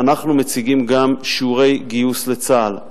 אנחנו מציגים גם שיעורי גיוס לצה"ל,